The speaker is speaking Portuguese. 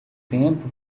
tempo